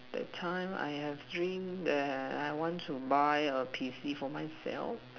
the time I have dream that I want to buy a P_C for myself